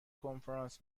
کنفرانس